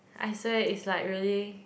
I swear it's like really